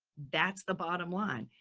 that's the bottom line.